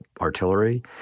artillery